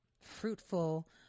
fruitful